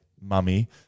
Mummy